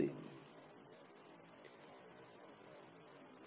ఇది విమానం యొక్క సీటు క్రింద ఉంటుంది